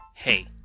Hey